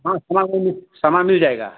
हाँ समान तो सामान मिल जायेगा